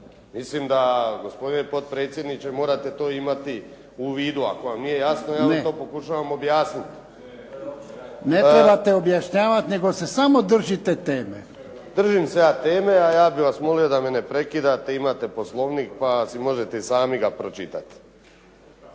Mislim da, gospodine potpredsjedniče, morate to imati u vidu. Ako vam nije jasno ja vam to pokušavam objasniti. **Jarnjak, Ivan (HDZ)** Ne. Ne trebate objašnjavati, nego se samo držite teme. **Vinković, Zoran (SDP)** Držim se ja teme, a ja bih vas molio da me ne prekidate. Imate Poslovnik pa si možete i sami ga pročitati.